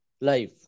life